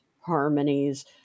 harmonies